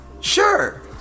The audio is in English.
Sure